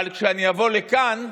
אבל כשאני אבוא לכאן,